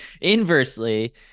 inversely